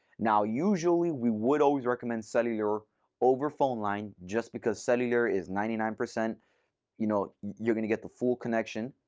now, usually, we would always recommend cellular over phone line, just because cellular is ninety nine you know you're going to get the full connection.